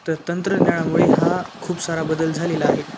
तर तंत्रज्ञानामुळे हा खूप सारा बदल झालेला आहे